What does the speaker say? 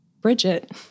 Bridget